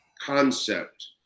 concept